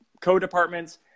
co-departments